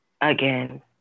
again